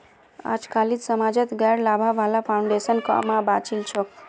अजकालित समाजत गैर लाभा वाला फाउन्डेशन क म बचिल छोक